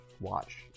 watch